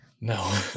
No